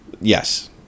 Yes